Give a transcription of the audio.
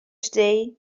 today